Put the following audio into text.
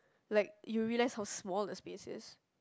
like you realize how small the space is